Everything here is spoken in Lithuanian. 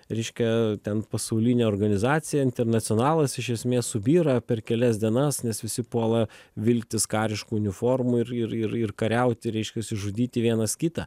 reiškia ten pasaulinė organizacija internacionalas iš esmės subyra per kelias dienas nes visi puola vilktis kariškų uniformų ir ir ir kariauti reiškiasi žudyti vienas kitą